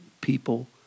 people